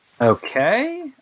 Okay